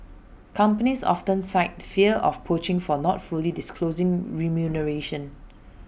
companies often cite fear of poaching for not fully disclosing remuneration